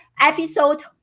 episode